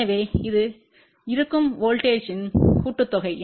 எனவே அது இருக்கும் வோல்ட்டேஜ்த்தின் கூட்டுத்தொகை